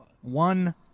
one